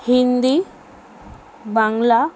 Hindi Bangla